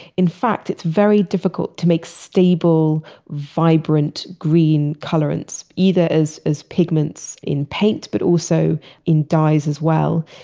in fact, it's very difficult to make stable, vibrant green colorants either as as pigments in paint, but also in dyes as well.